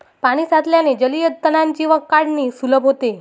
पाणी साचल्याने जलीय तणांची काढणी सुलभ होते